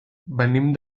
venim